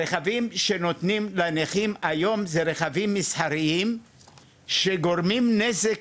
הרכבים שנותנים לנכים היום זה רכבים מסחריים שגורמים נזק